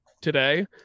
today